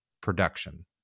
production